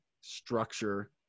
structure